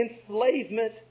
enslavement